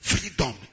Freedom